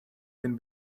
can